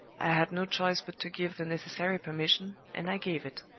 i had no choice but to give the necessary permission, and i gave it.